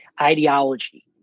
ideology